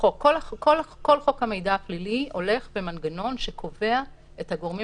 כל חוק המידע הפלילי הולך במנגנון שקובע את הגורמים